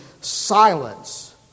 silence